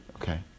okay